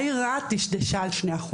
העיר רהט דשדשה על 2%,